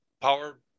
power